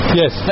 yes